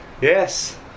Yes